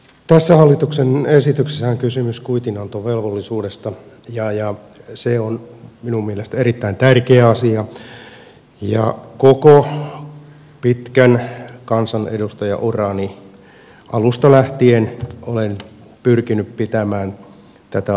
tässä hallituksen esityksessähän on kysymys kuitinantovelvollisuudesta ja se on minun mielestäni erittäin tärkeä asia ja koko pitkän kansanedustajaurani alusta lähtien olen pyrkinyt pitämään tätä asiaa esillä